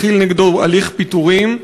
מתחיל נגדו הליך פיטורים,